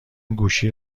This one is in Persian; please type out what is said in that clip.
گوشی